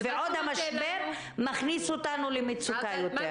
ועוד המשבר מכניס אותנו יותר למצוקה.